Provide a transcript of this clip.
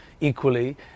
equally